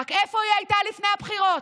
רק איפה היא הייתה לפני הבחירות?